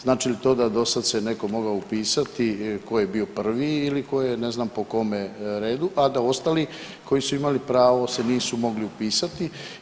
Znači li to da do sad se netko mogao upisati tko je bio prvi ili tko je ne znam po kome redu, a da ostali koji su imali pravo se nisu mogli upisati.